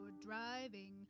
driving